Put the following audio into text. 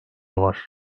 var